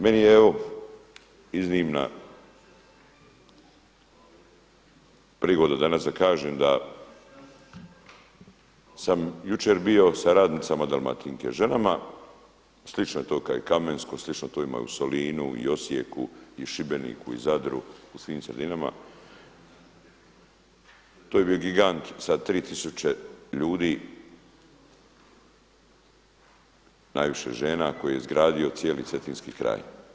Meni je evo iznimna prigoda danas da kažem da sam jučer bio sa radnicama Dalmatinke, ženama slično je to kao i Kamensko, slično to ima i u Solinu, i Osijeku, i Šibeniku, i Zadru u svim sredinama, to je bio gigant sa tri tisuće ljudi, najviše žena koji je izgradio cijeli cetinski kraj.